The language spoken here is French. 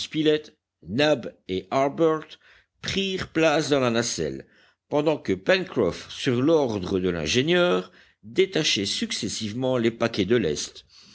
et harbert prirent place dans la nacelle pendant que pencroff sur l'ordre de l'ingénieur détachait successivement les paquets de lest